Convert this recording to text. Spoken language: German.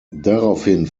daraufhin